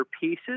pieces